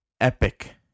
Epic